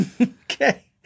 okay